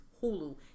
Hulu